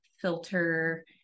filter